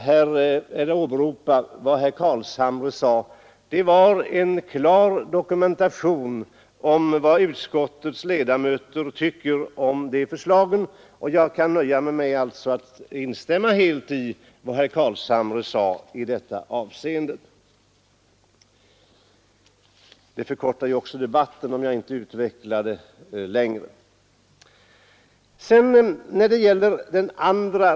Herr Carlshamre gav en klar dokumentation av vad utskottets ledamöter tycker om de förslagen, och jag kan nöja mig med att helt instämma i vad han sade i det avseendet. Det förkortar ju också debatten om jag inte utvecklar det ämnet vidare.